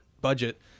Budget